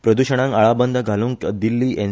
प्रद्षणाक आळबंद घालूंक दिल्ली एन